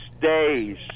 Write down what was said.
days